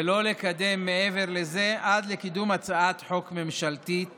ולא לקדם מעבר לזה עד לקידום הצעת חוק ממשלתית בעניין.